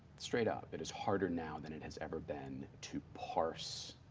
straight up, it is harder now than it has ever been to parse